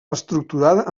estructurada